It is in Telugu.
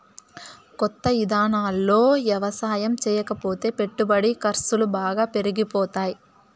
కొత్త ఇదానాల్లో యవసాయం చేయకపోతే పెట్టుబడి ఖర్సులు బాగా పెరిగిపోతాయ్